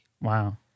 Wow